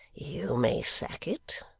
you may sack it,